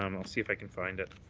um i'll see if i can find it.